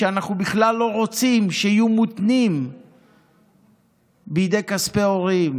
שאנחנו בכלל לא רוצים שיהיו מותנים בידי כספי הורים: